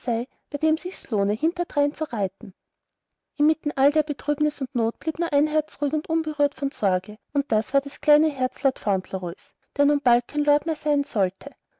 bei dem sich's lohne hinterdrein zu reiten inmitten all der bekümmernis und not blieb nur ein herz ruhig und unberührt von sorge und das war das kleine herz lord fauntleroys der nun bald kein lord mehr sein sollte